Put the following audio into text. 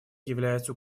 является